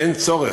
אין צורך,